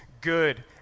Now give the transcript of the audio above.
good